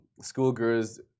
schoolgirls